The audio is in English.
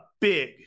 big